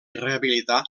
rehabilitar